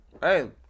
Hey